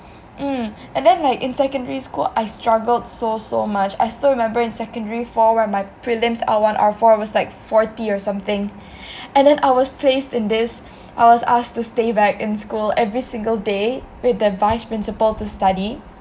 mm and then like in secondary school I struggled so so much I still remember in secondary four where my prelims L one R four was like forty or something and then I was placed in this I was asked to stay back in school every single day with the vice principal to study